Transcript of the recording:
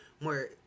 more